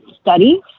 study